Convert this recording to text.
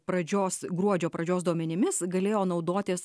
pradžios gruodžio pradžios duomenimis galėjo naudotis